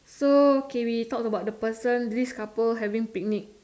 so okay we talk about the person this couple having picnic